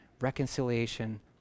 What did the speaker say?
reconciliation